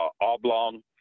oblong